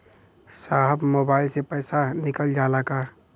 साहब मोबाइल से पैसा निकल जाला का?